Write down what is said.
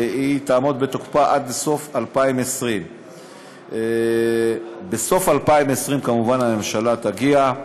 והיא תעמוד בתוקפה עד לסוף 2020. בסוף 2020 כמובן הממשלה תגיע,